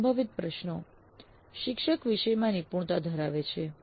સંભવિત પ્રશ્નો શિક્ષક વિષયમાં નિપુણતા ધરાવે છે